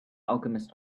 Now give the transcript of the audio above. alchemist